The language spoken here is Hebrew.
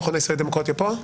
המכון הישראלי לדמוקרטיה פה?